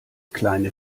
kleine